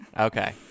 Okay